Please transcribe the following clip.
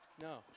No